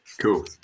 Cool